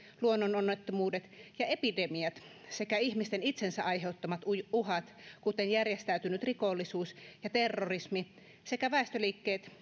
luonnononnettomuudet ja epidemiat sekä ihmisten itsensä aiheuttamat uhat kuten järjestäytynyt rikollisuus ja terrorismi sekä väestöliikkeet